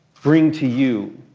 bring to you